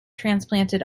transplanted